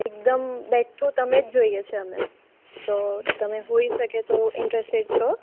એકદમ બેઠ્ઠું તમે જ જોઈએ છે અમે તો તમે હોઇ શકે તો ઇન્ટરેસ્ટેડ છો